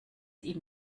ihm